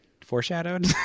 foreshadowed